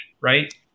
right